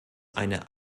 eine